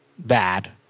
Bad